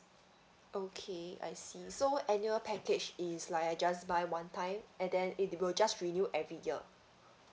okay I see so annual package is like I just buy one time and then it will just renew every year